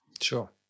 Sure